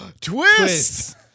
Twist